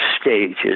stages